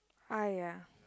I ah